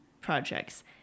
projects